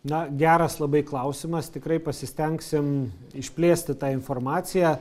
na geras labai klausimas tikrai pasistengsim išplėsti tą informaciją